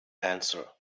answer